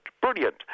brilliant